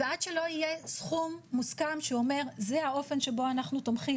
עד שלא יהיה סכום מוסכם שאומר שזה האופן שבו אנחנו תומכים